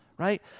right